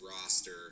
roster